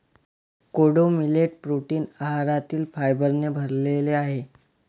कोडो millet protein आहारातील फायबरने भरलेले आहे